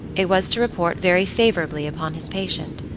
it was to report very favorably upon his patient.